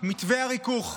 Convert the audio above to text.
מתווה הריכוך.